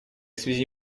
связи